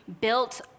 built